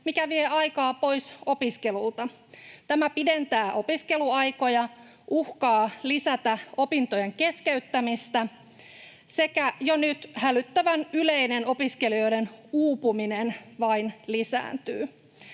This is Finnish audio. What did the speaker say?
mikä vie aikaa pois opiskelulta. Tämä pidentää opiskeluaikoja, uhkaa lisätä opintojen keskeyttämistä, sekä jo nyt hälyttävän yleinen opiskelijoiden uupuminen vain lisääntyy.